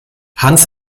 hans